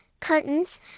curtains